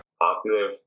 popular